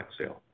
sale